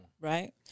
Right